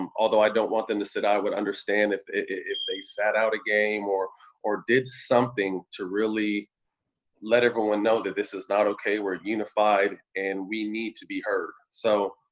um although i don't want them to sit, i would understand if if they sat out a game or or did something to really let everyone know that this is not ok, we're unified, and we need to be heard. so,